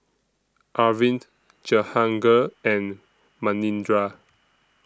Arvind Jehangirr and Manindra